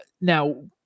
Now